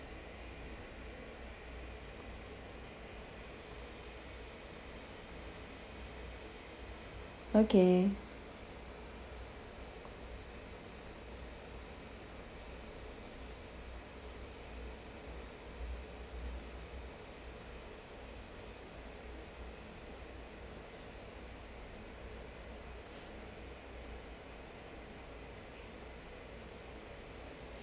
okay